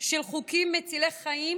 של חוקים מצילי חיים